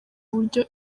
uburyo